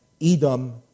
Edom